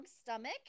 stomach